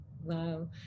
Wow